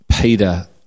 Peter